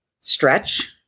stretch